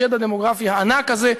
השד הדמוגרפי הענק הזה,